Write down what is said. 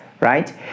right